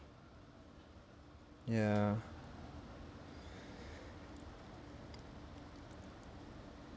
ya